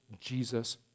Jesus